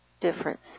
Difference